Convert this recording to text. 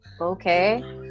okay